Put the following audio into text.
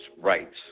rights